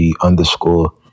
underscore